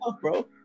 bro